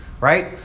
Right